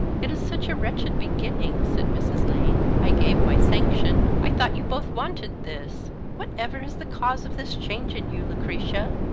it is such a wretched beginning, said mrs. lane. i gave my sanction. i thought you both wanted this. whatever is the cause of this change in you, lucretia?